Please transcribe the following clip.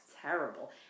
terrible